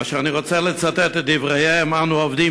אשר אני רוצה לצטט את דבריהם: אנו עובדים